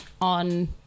on